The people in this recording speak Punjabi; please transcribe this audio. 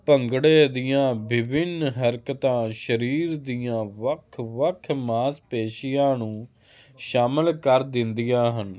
ਭੰਗੜੇ ਦੀਆਂ ਵਿਭਿੰਨ ਹਰਕਤਾਂ ਸਰੀਰ ਦੀਆਂ ਵੱਖ ਵੱਖ ਮਾਸਪੇਸ਼ੀਆਂ ਨੂੰ ਸ਼ਾਮਿਲ ਕਰ ਦਿੰਦੀਆਂ ਹਨ